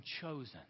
chosen